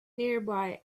nearby